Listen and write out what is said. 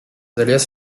alias